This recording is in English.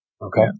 okay